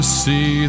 see